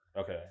Okay